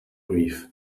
grief